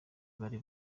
bari